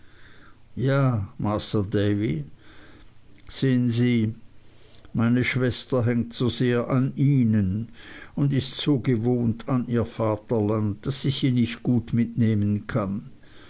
ja masr davy sehen sie meine schwester hängt so sehr an ihnen und ist so gewohnt an ihr vaterland daß ich sie nicht gut mitnehmen kann